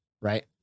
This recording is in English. Right